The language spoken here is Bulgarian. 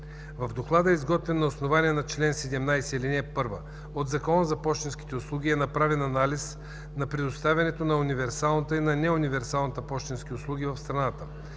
В доклада, изготвен на основание чл. 17, ал. 1 от Закона за пощенските услуги, е направен анализ на предоставянето на универсалната и на неуниверсалната пощенски услуги в страната.